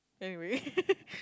anyway